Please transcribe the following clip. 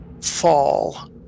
fall